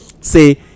say